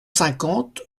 cinquante